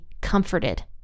comforted